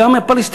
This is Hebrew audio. גם לא הפלסטינים.